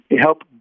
help